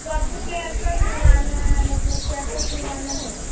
तो आपको कैसा सिलवाना है मतलब कैसा सिलवाना है